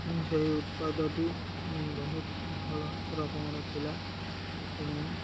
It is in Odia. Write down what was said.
ମୁଁ ସେହି ଉତ୍ପାଦଟି ବହୁତ ଭଲ ରକମର ଥିଲା ତେଣୁ